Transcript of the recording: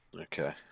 Okay